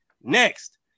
Next